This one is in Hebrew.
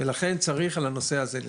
ולכן צריך על הנושא הזה ללחוץ.